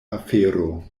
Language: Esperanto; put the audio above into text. afero